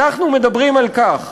אנחנו מדברים על כך